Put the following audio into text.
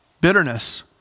Bitterness